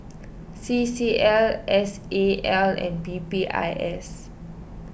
C C L S A L and P P I S